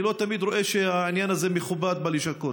ואני לא תמיד רואה שהעניין הזה מכובד בלשכות.